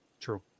True